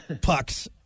pucks